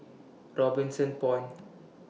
Robinson Point